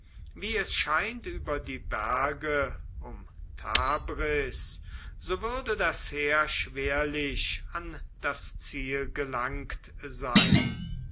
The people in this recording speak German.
wie es scheint über die berge um tabriz so würde das heer schwerlich an das ziel gelangt sein